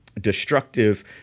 destructive